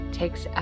takes